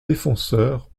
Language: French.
défenseur